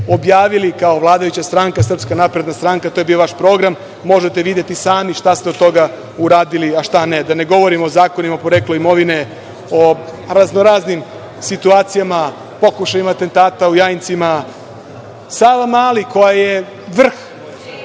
objavili kao vladajuća stranka, SNS, to je bio vaš program, možete videti sami šta ste od toga uradili, a šta ne. Da ne govorim o Zakonu o poreklu imovine, o raznoraznim situacijama, pokušajima atentata u Jajincima, Savamali, koja je vrh,